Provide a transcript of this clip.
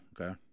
Okay